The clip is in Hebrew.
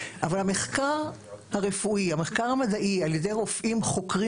אבל המחקר הרפואי המדעי ע"י רופאים חוקרים